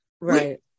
Right